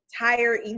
entire